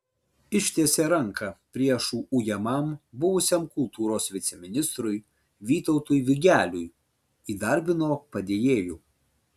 ištiesė ranką priešų ujamam buvusiam kultūros viceministrui vytautui vigeliui įdarbino padėjėju